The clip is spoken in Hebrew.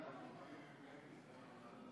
מחלה (היעדרות בשל מחלת ילד)